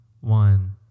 one